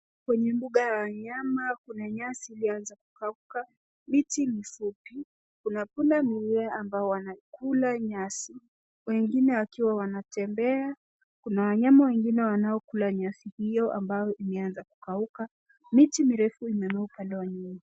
Kwenye mbuga la wanyama kuna nyasi iliyoanza kukauka, miti mifupi, kuna pundamilia ambao wanakula nyasi , wengine wakiwa wanatembea. Kuna wanyama wengine wanaokula nyasi hiyo ambayo imeanza kukauka. Miti mirefu imemea upande wa nyuma.